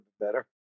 better